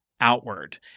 outward